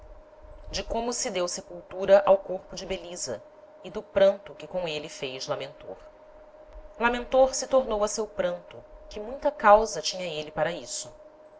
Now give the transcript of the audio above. de como se deu sepultura ao corpo de belisa e do pranto que com êle fez lamentor lamentor se tornou a seu pranto que muita causa tinha êle para isso